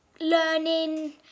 learning